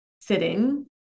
sitting